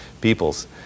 peoples